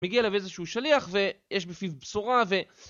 מגיע לב איזשהו שליח ויש בפיו בשורה ו...